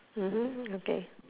mmhmm okay